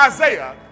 Isaiah